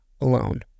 alone